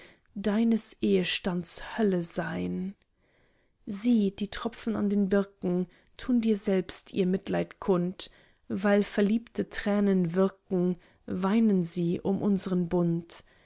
deines ehstands hölle sein sieh die tropfen an den birken tun dir selbst ihr mitleid kund weil verliebte tränen würken weinen sie um unsern bund